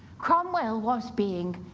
cromwell was being